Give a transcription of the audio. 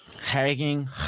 Hanging